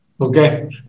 Okay